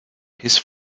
his